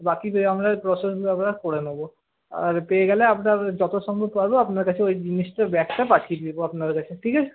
বাকি যে আমরা প্রসেস আমরা করে নোবো আর পেয়ে গেলে আপনার যথাসম্ভব পারবো আপনার কাছে ওই জিনিসটা ব্যাগটা পাঠিয়ে দোবো আপনার কাছে ঠিক আছে